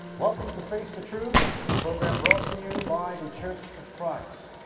welcome to face the truth, a program brought to you by the church of christ.